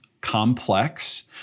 complex